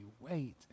wait